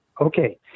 Okay